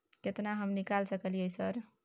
केतना हम निकाल सकलियै सर?